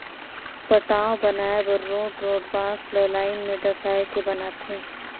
पटांव बनाए बर रोंठ रोंठ बांस ल लाइन में डसाए के बनाथे